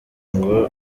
ngo